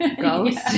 ghost